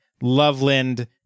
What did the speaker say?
Loveland